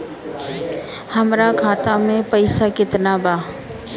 हमरा खाता में पइसा केतना बा?